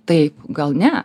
tai gal ne